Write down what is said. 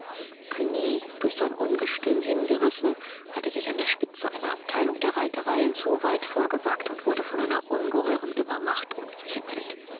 cugny durch sein ungestüm hingerissen hatte sich an der spitze einer abteilung der reiterei zu weit vorgewagt und wurde von einer ungeheuern übermacht umzingelt